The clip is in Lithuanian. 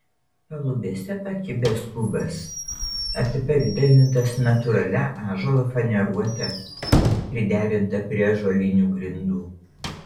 palubėse pakibęs kubas apipavidalintas natūralia ąžuolo faneruote priderinta prie ąžuolinių grindų